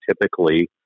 typically